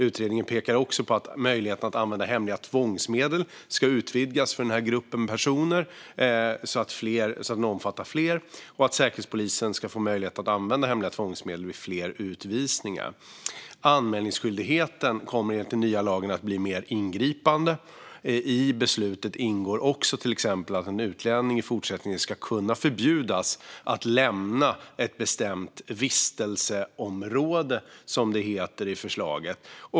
Utredningen pekar också på att möjligheten att använda hemliga tvångsmedel ska utvidgas för den här gruppen personer så att den omfattar fler och att Säkerhetspolisen ska få möjlighet att använda hemliga tvångsmedel vid fler utvisningar. Anmälningsskyldigheten kommer enligt den nya lagen att bli mer ingripande. I beslutet ingår också till exempel att en utlänning i fortsättningen ska kunna förbjudas att lämna ett bestämt vistelseområde, som det heter i förslaget.